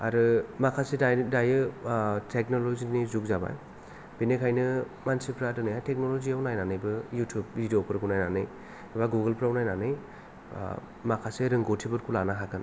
आरो माखासे दायन्नो दायो टेकन'ल'जिनि जुग जाबाय बेनिखायनो मानसिफ्रा दोनैहाय टेकन'ल'जियाव नायनानैबो इउथुब भिदिअ'फोरखौ नायनानै बा गुगल फ्राव नायनानै माखासे रोंग'थिफोरखौ लानो हागोन